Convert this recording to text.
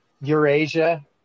Eurasia